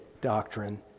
doctrine